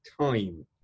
time